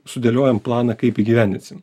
sudėliojam planą kaip įgyvendinsim